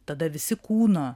tada visi kūno